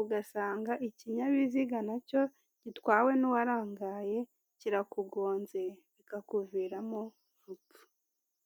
ugasanga ikinyabiziga, nacyo gitwawe n'uwarangaye kirakugonze bikakuviramo urupfu.